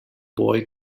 boy